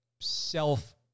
self